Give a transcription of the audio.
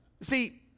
See